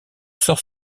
sort